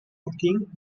cooking